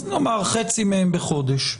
אז נאמר חצי מהם בחודש.